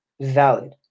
valid